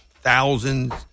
thousands